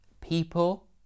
people